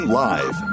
live